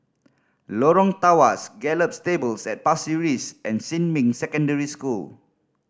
Lorong Tawas Gallop Stables at Pasir Ris and Xinmin Secondary School